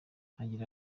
agira